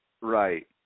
right